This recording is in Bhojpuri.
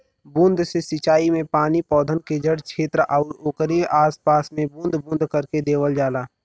बूंद से सिंचाई में पानी पौधन के जड़ छेत्र आउर ओकरे आस पास में बूंद बूंद करके देवल जाला